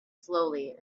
slowly